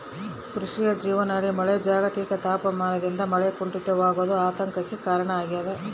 ಕೃಷಿಯ ಜೀವನಾಡಿ ಮಳೆ ಜಾಗತಿಕ ತಾಪಮಾನದಿಂದ ಮಳೆ ಕುಂಠಿತವಾಗೋದು ಆತಂಕಕ್ಕೆ ಕಾರಣ ಆಗ್ಯದ